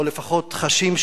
או לפחות חשים,